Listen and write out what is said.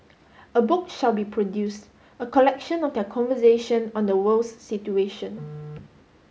a book shall be produce a collection of their conversation on the world's situation